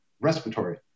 respiratory